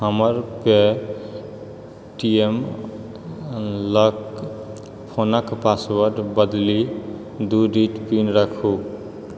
हमर Paytm लॉककेँ फोनके पासवर्डसँ बदलि दू डिजिट पिन राखू